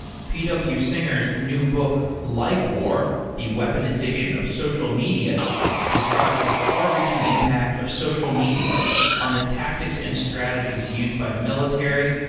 p w. singer s new book likewar the weaponization of social media describes the far reaching impact of social media on the tactics and strategies used by military,